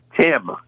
Tim